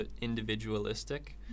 individualistic